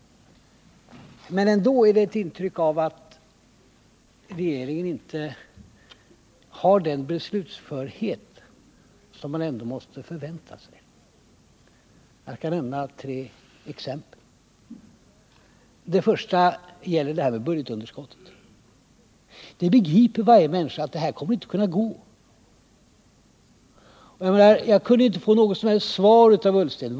Men trots allt får man ett intryck av att regeringen inte har den beslutförhet som man måste förvänta sig. Jag skall nämna tre exempel. Det första gäller budgetunderskottet. Varenda människa begriper att det här inte kan gå för sig. Jag kunde inte få något som helst svar av herr Ullsten.